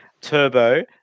Turbo